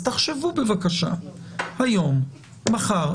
אז תחשבו בבקשה היום, מחר.